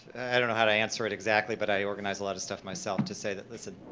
i don't know how to answer it exactly but i organize a lot of stuff myself to say that, listen,